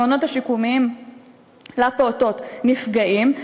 המעונות השיקומיים לפעוטות נפגעים.